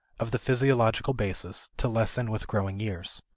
of the physiological basis, to lessen with growing years.